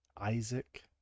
Isaac